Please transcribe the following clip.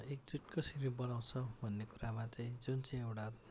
एकजुट कसरी बनाउँछ भन्ने कुरामा चाहिँ जुन चाहिँ एउटा